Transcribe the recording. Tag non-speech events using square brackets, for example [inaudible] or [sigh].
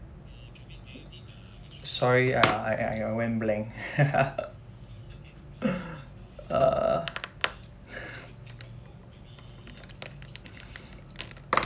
sorry I I I went blank [laughs] uh